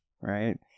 right